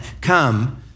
come